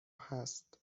هست